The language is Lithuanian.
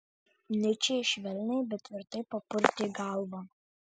nyčė švelniai bet tvirtai papurtė galvą